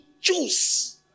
choose